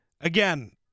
again